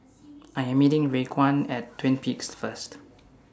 I Am meeting Raekwon At Twin Peaks First